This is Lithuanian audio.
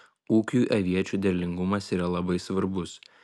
ūkiui aviečių derlingumas yra labai svarbus